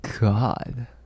god